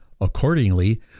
Accordingly